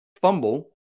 fumble